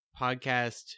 podcast